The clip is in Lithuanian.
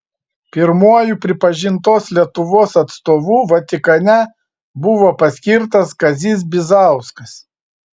pirmuoju pripažintos lietuvos atstovu vatikane buvo paskirtas kazys bizauskas